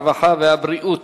הרווחה והבריאות